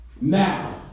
now